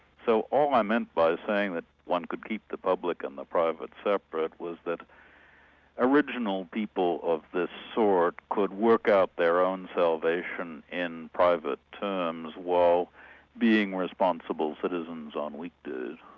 so all i meant by saying that one could keep the public and private separate, was that original people of this sort could work out their own salvation in private terms while being responsible citizens on weekdays.